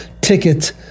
ticket